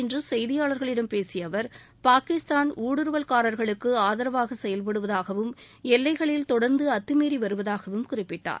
இன்று செய்தியாளர்களிடம் பேசிய சென்னையில் பாகிஸ்தான் அவர் ஊடுருவல்காரர்களுக்கு ஆதரவாக செயல்படுவதாகவும் எல்லைகளில் தொடர்ந்து அத்துமீறி வருவதாகவும் குறிப்பிட்டார்